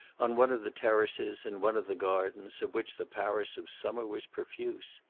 on one of the terraces, in one of the gardens, of which the paris of summer was profuse.